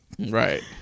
Right